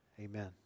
Amen